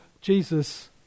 jesus